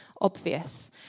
obvious